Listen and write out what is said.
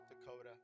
Dakota